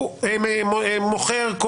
הוא מוכר,